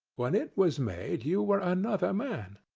when it was made, you were another man.